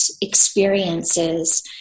experiences